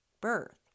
birth